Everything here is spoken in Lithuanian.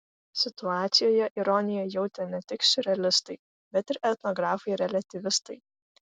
situacijoje ironiją jautė ne tik siurrealistai bet ir etnografai reliatyvistai